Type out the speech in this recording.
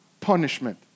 punishment